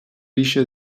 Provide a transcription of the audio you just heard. pixa